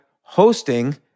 hosting